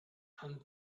and